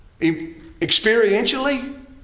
experientially